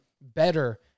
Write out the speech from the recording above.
better